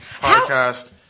Podcast